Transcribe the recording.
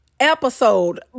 Episode